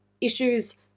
issues